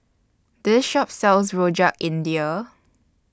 This Shop sells Rojak India